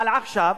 אבל עכשיו,